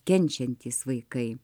kenčiantys vaikai